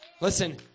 Listen